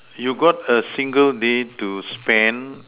you got a single day to spend